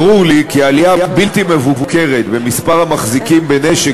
ברור לי כי עלייה בלתי מבוקרת במספר המחזיקים בנשק